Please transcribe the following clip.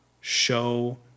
show